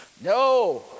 No